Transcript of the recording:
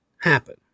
happen